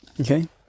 Okay